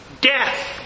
Death